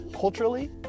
culturally